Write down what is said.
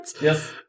yes